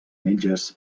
metges